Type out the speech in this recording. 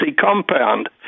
compound